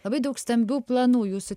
labai daug stambių planų jūsų